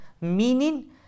Meaning